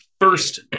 first